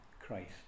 Christ